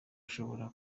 ushobora